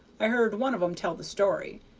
i heard one of em tell the story.